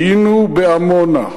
היינו בעמונה.